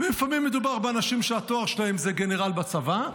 ולפעמים מדובר באנשים שהתואר שלהם זה גנרל בצבא,